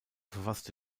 verfasste